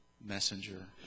messenger